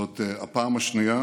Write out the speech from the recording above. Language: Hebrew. זאת הפעם השנייה